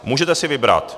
Můžete si vybrat.